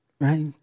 right